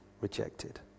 rejected